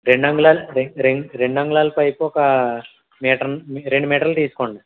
రెండు అంగుళాల రెండు రెండు అంగుళాల పైపు ఒక మీటర్ రెండు మీటర్లు తీసుకోండి